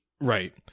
right